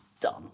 done